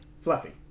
Fluffy